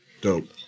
Dope